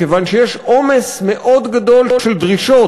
מכיוון שיש עומס מאוד גדול של דרישות